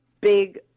big